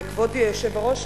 וכבוד היושב-ראש,